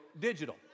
digital